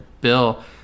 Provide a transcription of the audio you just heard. bill